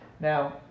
Now